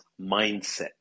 mindset